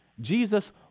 Jesus